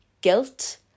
guilt